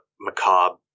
macabre